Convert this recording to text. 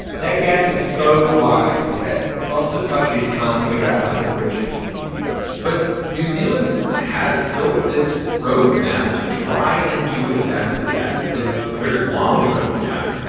that gap is so wide that lots of countries can't figure out how to bridge it but new zealand has built this road map to try and do exactly that. it is a very long road map.